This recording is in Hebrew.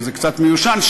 הוא קצת מיושן,